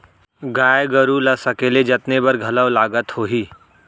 गाय गरू ल सकेले जतने बर घलौ लागत होही?